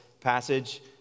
passage